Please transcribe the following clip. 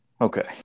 Okay